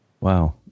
wow